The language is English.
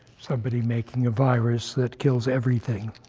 somebody making a virus that kills everything.